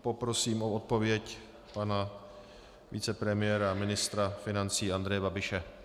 Poprosím o odpověď pana vicepremiéra a ministra financí Andreje Babiše.